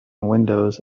windows